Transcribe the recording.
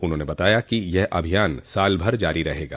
उन्होंने कहा कि यह अभियान साल भर जारी रहेगा